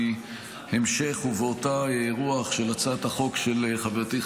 המשך ובאותה רוח של הצעת החוק של חברתי,